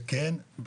וכן,